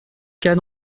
cas